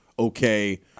okay